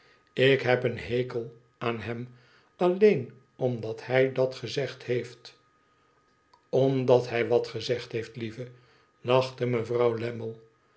ilk heb een hekel aan hem alleen omdat hij dat gezegd heeft omdat hij wat gezegd heeft lieve lachte mevrouw